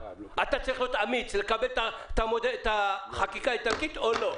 אתה צריך להיות אמיץ ולקבל את החקיקה האיטלקית או לא.